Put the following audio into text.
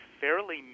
fairly